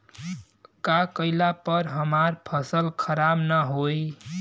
का कइला पर हमार फसल खराब ना होयी?